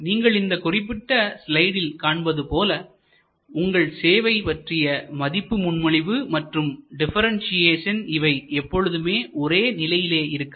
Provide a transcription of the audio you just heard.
நீங்கள் இந்த குறிப்பிட்ட ஸ்லைடில் காண்பது போல உங்கள் சேவை பற்றிய மதிப்பு முன்மொழிவு மற்றும் டிபரண்யேஷன் இவை எப்பொழுதுமே ஒரே நிலையிலேயே இருக்காது